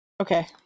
Okay